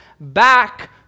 back